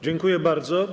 Dziękuję bardzo.